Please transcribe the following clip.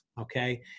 okay